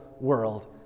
world